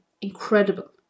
incredible